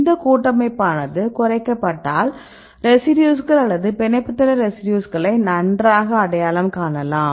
இந்த கூட்டமைப்பானது குறைக்கப்பட்டால் ரெசிடியூஸ்கள்அல்லது பிணைப்புதள ரெசிடியூஸ்களை நன்றாக அடையாளம் காணலாம்